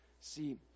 See